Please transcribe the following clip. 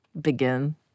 begin